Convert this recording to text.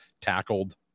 tackled